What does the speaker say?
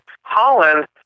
Holland